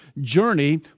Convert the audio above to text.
journey